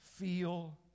feel